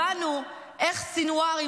הבנו איך סנוואר,